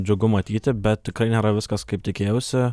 džiugu matyti bet nėra viskas kaip tikėjausi